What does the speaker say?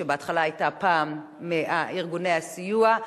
שבהתחלה היתה מארגוני הסיוע,